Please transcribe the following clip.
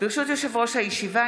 יושב-ראש הישיבה,